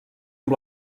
amb